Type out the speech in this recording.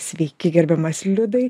sveiki gerbiamas liudai